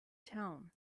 town